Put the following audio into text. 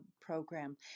Program